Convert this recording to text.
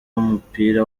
w’umupira